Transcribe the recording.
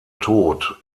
tod